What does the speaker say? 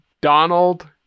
Donald